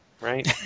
Right